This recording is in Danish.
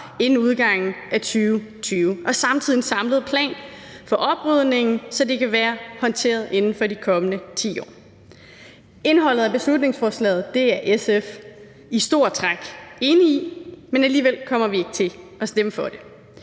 op og samtidig en samlet plan for oprydningen, så det kan være håndteret inden for de kommende 10 år. Indholdet af beslutningsforslaget er SF i store træk enige i, men alligevel kommer vi ikke til at stemme for det.